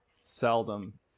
seldom